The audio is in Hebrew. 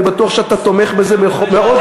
אני בטוח שאתה תומך בזה מאוד,